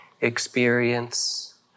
experience